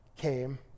came